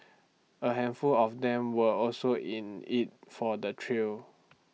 A handful of them were also in IT for the thrill